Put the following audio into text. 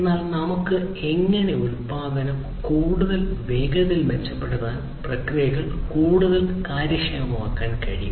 എന്നാൽ നമുക്ക് എങ്ങനെ ഉത്പാദനം കൂടുതൽ വേഗത്തിൽ മെച്ചപ്പെടുത്താനും പ്രക്രിയകൾ കൂടുതൽ കാര്യക്ഷമമാക്കാനും കഴിയും